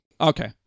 Okay